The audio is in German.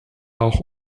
auch